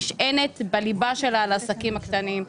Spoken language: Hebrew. נשענת בליבה שלה על העסקים הקטנים.